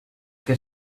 que